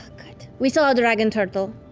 good. we saw a dragon turtle.